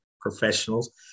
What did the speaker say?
professionals